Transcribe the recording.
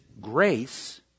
grace